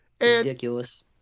ridiculous